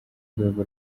rwego